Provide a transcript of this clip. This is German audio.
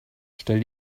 stell